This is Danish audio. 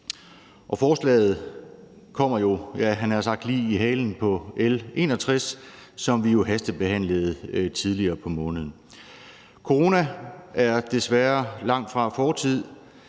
nær sagt – på L 61, som vi hastebehandlede tidligere på måneden. Corona er desværre langtfra fortid.